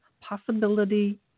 possibility